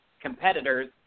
competitors